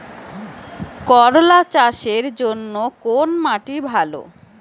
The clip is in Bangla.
করলা চাষের জন্য কোন মাটি ভালো?